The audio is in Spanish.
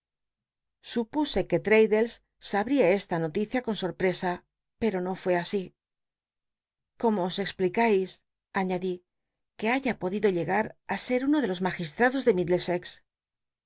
supuse que rraddles sabría esta noticia con sor presa pero no fué asi cómo os explicais añadí que haya podido llegac á ser uno de los magistrados de